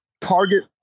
target